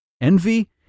envy